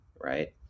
right